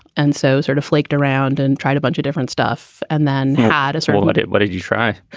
and so sort of flaked around and tried a bunch of different stuff and then had a sort of but settlement. what did you try?